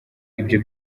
ibyo